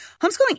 Homeschooling